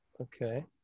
Okay